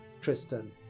Tristan